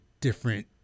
different